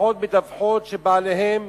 המשפחות מדווחות שבעליהן